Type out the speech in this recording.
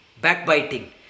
Backbiting